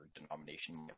denomination